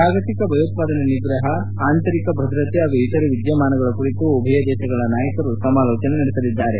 ಜಾಗತಿಕ ಭಯೋತ್ವಾದನೆ ನಿಗ್ರಹ ಆಂತರಿಕ ಭದ್ರತೆ ಹಾಗೂ ಇತರೆ ವಿದ್ಯಮಾನಗಳ ಕುರಿತು ಉಭೆಯ ದೇಶಗಳ ನಾಯಕರು ಸಮಾಲೋಚನೆ ನಡೆಸಲಿದ್ದಾರೆ